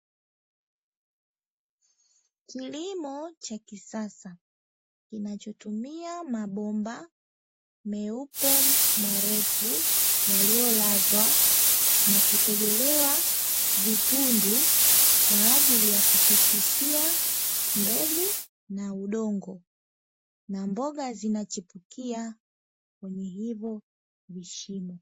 Kilimo cha kisasa kinachotumia mabomba meupe, marefu, yaliyolazwa na kutobolewa vitundu kwa ajili ya kupitishia mbegu na udongo, na mboga zinachipukia kwenye hivyo vishimo.